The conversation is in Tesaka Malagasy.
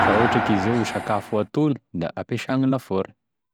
fa raha ohatra ke izao sakafo atono da ampesagny lafôro.